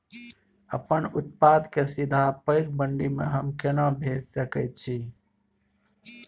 अपन उत्पाद के सीधा पैघ मंडी में हम केना भेज सकै छी?